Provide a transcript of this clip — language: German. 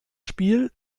spiel